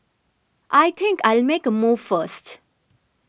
I think I'll make a move first